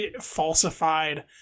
falsified